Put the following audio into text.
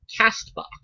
CastBox